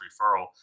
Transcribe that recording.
referral